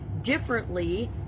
differently